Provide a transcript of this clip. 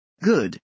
Good